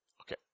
Okay